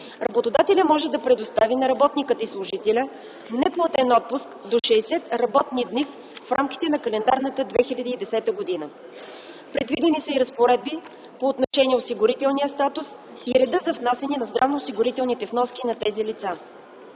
работодателя може да предостави на работника и служителя неплатен отпуск до 60 работни дни в рамките на календарната 2010 г. Предвидени са и разпоредби по отношение осигурителния статус и реда за внасяне на здравноосигурителните вноски на тези лица.